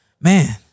Man